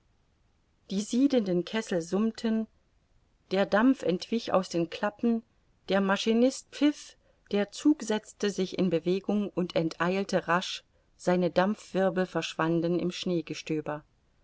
die siedenden kessel summten der dampf entwich aus den klappen der maschinist pfiff der zug setzte sich in bewegung und enteilte rasch seine dampfwirbel verschwanden im schneegestöber